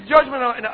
judgment